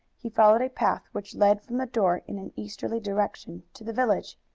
he followed a path which led from the door in an easterly direction to the village.